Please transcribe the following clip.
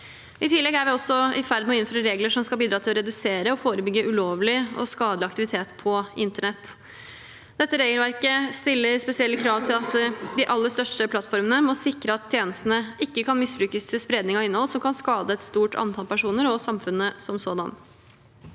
I tillegg er vi i ferd med å innføre regler som skal bidra til å redusere og forebygge ulovlig og skadelig aktivitet på internett. Dette regelverket stiller spesielle krav til at de aller største plattformene må sikre at tjenestene ikke kan misbrukes til spredning av innhold som kan skade et stort antall personer og samfunnet som sådan.